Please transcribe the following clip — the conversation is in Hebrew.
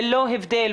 ללא הבדל,